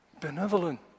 benevolent